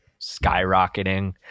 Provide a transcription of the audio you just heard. skyrocketing